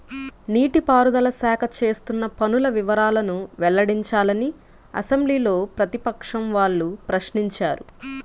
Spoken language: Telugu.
నీటి పారుదల శాఖ చేస్తున్న పనుల వివరాలను వెల్లడించాలని అసెంబ్లీలో ప్రతిపక్షం వాళ్ళు ప్రశ్నించారు